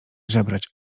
żebrać